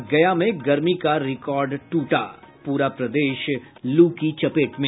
और गया में गर्मी का रिकार्ड टूटा पूरा प्रदेश लू की चपेट में